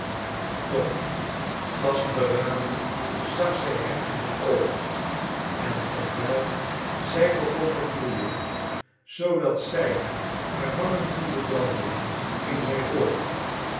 doch vastberaden zag zij hem in de oogen en terwijl zij begon te gloeien zoodat zij haar wangen voelde branden ging zij voort